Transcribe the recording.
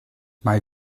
mae